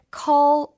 call